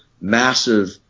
massive